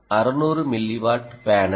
600 milliwatt panel